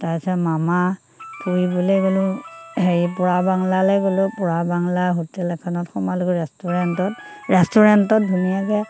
তাৰপিছত মামা ফুৰিবলে গ'লো হেৰি পোৰা বাংলালে গ'লোঁ পোৰা বাংলাৰ হোটেল এখনত সোমালোঁ ৰেষ্টুৰেণ্টত ৰেষ্টুৰেণ্টত ধুনীয়াকে